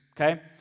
Okay